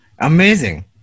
Amazing